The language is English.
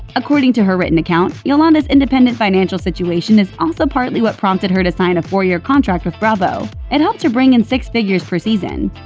according to her written account, yolanda's independent financial situation is also partly what prompted her to sign a four-year contract with bravo. it helped her bring in six figures per season.